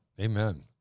Amen